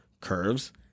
curves